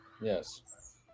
Yes